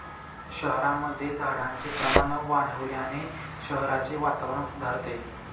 शहरांमध्ये झाडांचे प्रमाण वाढवल्याने शहराचे वातावरण सुधारते